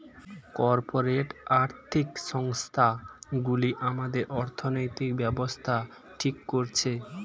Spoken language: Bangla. কর্পোরেট আর্থিক সংস্থান গুলি আমাদের অর্থনৈতিক ব্যাবস্থা ঠিক করছে